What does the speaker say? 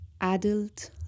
adult